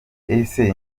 ese